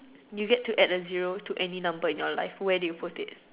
you get to add a zero to any number in your life where do you put it